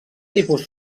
tipus